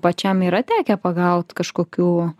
pačiam yra tekę pagaut kažkokių